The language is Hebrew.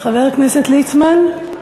חבר הכנסת ליצמן,